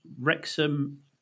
Wrexham